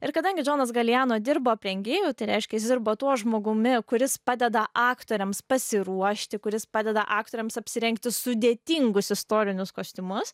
ir kadangi džonas galijano dirbo aprengėju tai reiškia jis dirbo tuo žmogumi kuris padeda aktoriams pasiruošti kuris padeda aktoriams apsirengti sudėtingus istorinius kostiumus